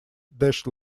dash